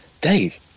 Dave